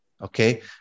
okay